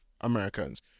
americans